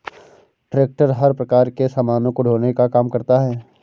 tractor हर प्रकार के सामानों को ढोने का काम करता है